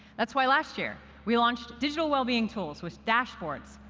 that's why, last year, we launched digital well-being tools with dashboards,